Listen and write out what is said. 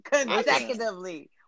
consecutively